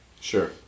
Sure